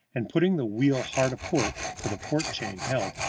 and, putting the wheel hard aport, for the port chain held,